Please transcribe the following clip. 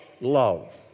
love